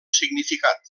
significat